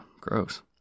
Gross